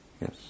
Yes